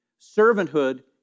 Servanthood